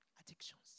addictions